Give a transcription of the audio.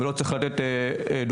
ולא צריך לתת דוגמאות,